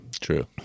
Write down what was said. True